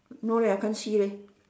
no leh I can't see leh